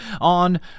on